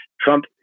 trump